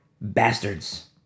bastards